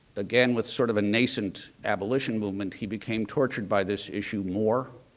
again, with sort of a nascent abolition movement, he became tortured by this issue more.